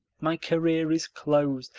my career is closed.